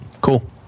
cool